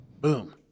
Boom